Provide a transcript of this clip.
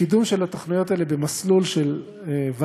קידום התוכניות במסלול של ותמ"ל